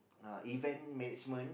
a event management